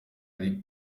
ari